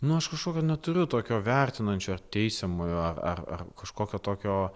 nu aš kažkokio neturiu tokio vertinančio ar teisiamojo ar ar kažkokio tokio